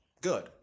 Good